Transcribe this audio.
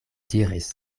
diris